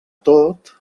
tot